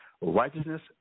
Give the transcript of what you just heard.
righteousness